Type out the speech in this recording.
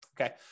Okay